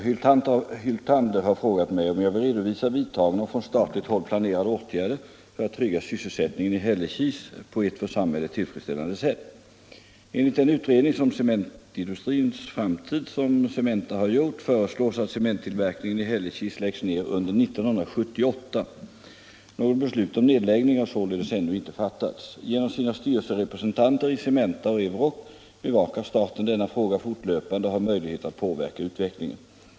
Herr talman! Herr Hyltander har frågat mig om jag vill redovisa vidtagna och från statligt håll planerade åtgärder för att trygga sysselsättningen i Hällekis på ett för samhället tillfredsställande sätt. Enligt den utredning om cementindustrins framtid som Cementa har gjort föreslås att cementtillverkningen i Hällekis läggs ner under 1978. Något beslut om nedläggning har således ännu inte fattats. Genom sina styrelserepresentanter i Cementa och Euroc bevakar staten denna fråga fortlöpande och har möjlighet att påverka utvecklingen.